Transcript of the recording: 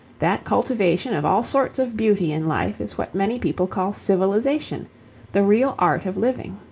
that cultivation of all sorts of beauty in life is what many people call civilization the real art of living.